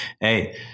hey –